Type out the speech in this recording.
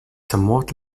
somewhat